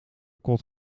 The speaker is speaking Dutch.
kot